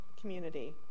community